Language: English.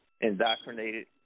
indoctrinated